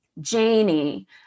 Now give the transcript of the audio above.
Janie